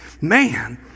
man